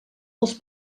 dels